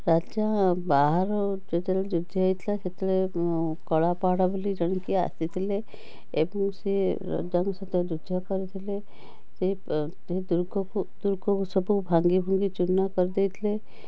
ରାଜା ବାହାରୁ ଯେତେବେଳେ ଯୁଦ୍ଧ ହେଇଥିଲା ସେତେବେଳେ ଉଁ କଳାପାହାଡ଼ ବୋଲି ଜଣେ କିଏ ଆସିଥିଲେ ଏବଂ ସିଏ ରଜାଙ୍କ ସହିତ ଯୁଦ୍ଧ କରିଥିଲେ ସେ ଦୁର୍ଗକୁ ଦୁର୍ଗକୁ ସବୁ ଭାଙ୍ଗିଭୁଙ୍ଗି ଚୂନା କରିଦେଇଥିଲେ